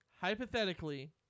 Hypothetically